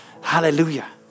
Hallelujah